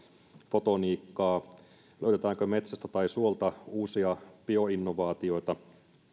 botoniikkaa löydetäänkö metsästä tai suolta uusia bioinnovaatioita